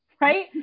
right